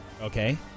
okay